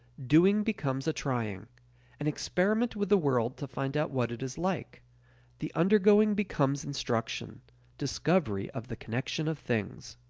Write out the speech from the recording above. doing becomes a trying an experiment with the world to find out what it is like the undergoing becomes instruction discovery of the connection of things.